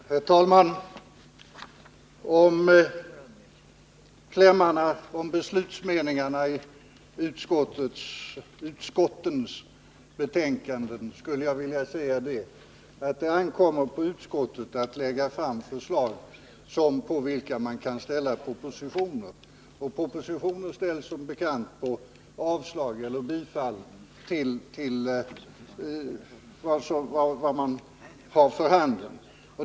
Herr talman! När det gäller klämmarna och beslutsmeningarna i utskottets betänkande skulle jag vilja säga, att det ankommer på utskotten att lägga fram förslag på vilka man kan ställa propositioner. Och propositioner ställs som bekant på avslag av eller bifall till det yrkande som är för handen.